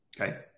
Okay